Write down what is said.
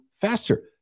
faster